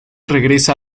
regresa